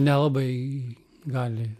nelabai gali